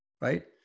Right